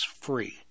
free